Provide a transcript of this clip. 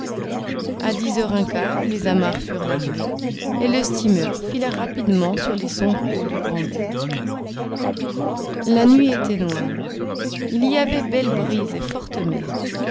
a dix heures un quart les amarres furent larguées et le steamer fila rapidement sur les sombres eaux du grand belt la nuit était noire il y avait belle brise et forte mer